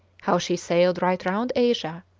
how she sailed right round asia,